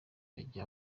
ajye